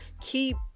Keep